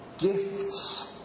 gifts